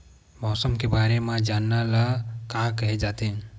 मौसम के बारे म जानना ल का कहे जाथे?